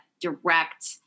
direct